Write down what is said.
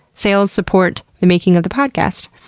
sales support the making of the podcast.